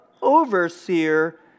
overseer